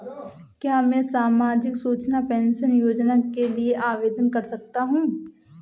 क्या मैं सामाजिक सुरक्षा पेंशन योजना के लिए आवेदन कर सकता हूँ?